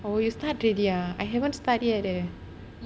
oh you start ready ya I havent start yet leh